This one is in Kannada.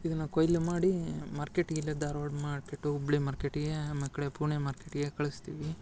ಇದನ್ನು ಕೊಯ್ಲು ಮಾಡಿ ಮಾರ್ಕೆಟಿಗೆ ಇಲ್ಲೇ ಧಾರ್ವಾಡ ಮಾರ್ಕೆಟು ಹುಬ್ಳಿ ಮಾರ್ಕೆಟಿಗೆ ಆಮೇಕಡೆ ಪೂಣೆ ಮಾರ್ಕೆಟಿಗೆ ಕಳಿಸ್ತೀವಿ